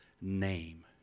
name